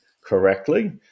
correctly